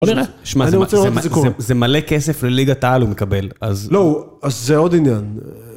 שמע, זה מלא כסף לליגת העל הוא מקבל. לא, זה עוד עניין.